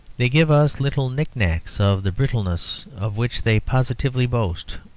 they give us little knick-knacks of the brittleness of which they positively boast,